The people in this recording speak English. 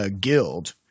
guild